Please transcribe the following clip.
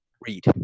read